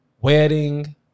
wedding